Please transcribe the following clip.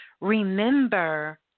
remember